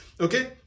Okay